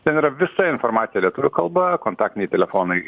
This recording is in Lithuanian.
ten yra visa informacija lietuvių kalba kontaktiniai telefonai